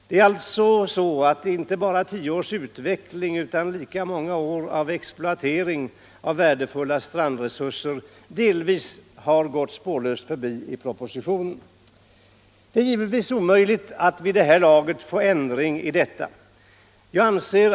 Det är inte bara tio års utveckling utan lika många år av exploatering av värdefulla strandresurser som delvis gått spårlöst förbi i propositionen. Det är givetvis omöjligt att vid det här laget få någon ändring till stånd.